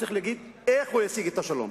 הוא צריך להגיד איך הוא ישיג את השלום,